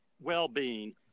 well-being